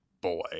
boy